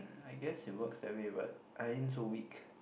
I guess it works that way but I ain't so weak